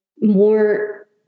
more